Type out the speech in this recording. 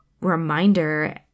reminder